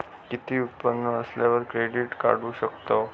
किती उत्पन्न असल्यावर क्रेडीट काढू शकतव?